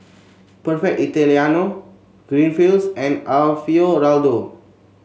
Perfect Italiano Greenfields and Alfio Raldo